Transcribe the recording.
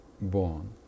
born